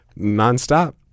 Nonstop